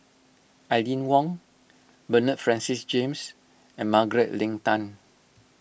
Aline Wong Bernard Francis James and Margaret Leng Tan